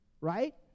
right